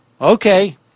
Okay